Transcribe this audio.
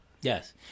Yes